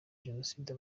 jenoside